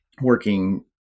working